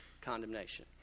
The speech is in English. condemnation